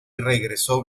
regresó